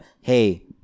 hey